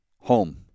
home